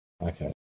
Okay